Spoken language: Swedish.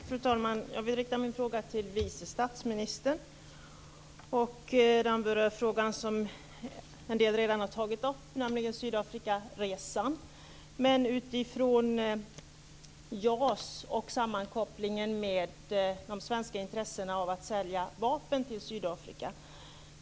Fru talman! Jag vill rikta min fråga till vice statsministern. Jag har en fråga som en del här redan har tagit upp, nämligen Sydafrikaresan, men det gäller JAS och sammankopplingen med svenska intressen av att sälja vapen till Sydafrika.